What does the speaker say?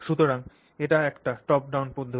সুতরাং এটি একটি top down পদ্ধতি